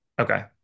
Okay